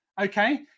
okay